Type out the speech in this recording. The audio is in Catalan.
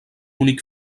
únic